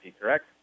correct